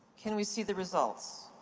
can we see the results?